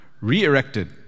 re-erected